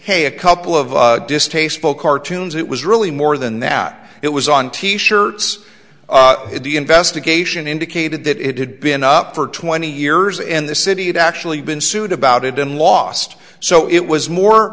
hey a couple of distasteful cartoons it was really more than that it was on t shirts the investigation indicated that it had been up for twenty years and the city had actually been sued about it in lost so it was more